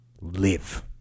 Live